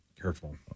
Careful